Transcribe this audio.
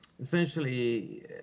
Essentially